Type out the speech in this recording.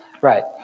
Right